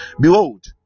behold